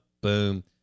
boom